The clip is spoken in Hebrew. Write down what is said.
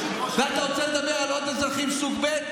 אתה רוצה לדבר על עוד אזרחים סוג ב'?